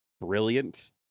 brilliant